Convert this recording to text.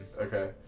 Okay